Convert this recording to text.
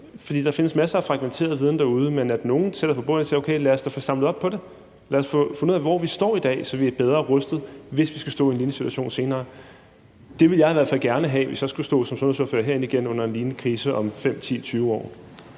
der findes masser af fragmenteret viden derude, men lad os dog få samlet op på det, lad os få fundet ud af, hvor vi står i dag, så vi er bedre rustet, hvis vi kommer til at stå i en lignende situation senere. Det ville jeg i hvert fald gerne have, hvis jeg skulle stå som sundhedsordfører herinde igen under en lignende krise om 5, 10 eller